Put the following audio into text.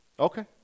Okay